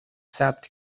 ثبت